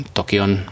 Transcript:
Tokion